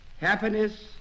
happiness